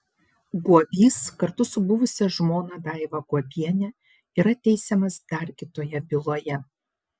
guobys kartu su buvusia žmona daiva guobiene yra teisiamas dar kitoje byloje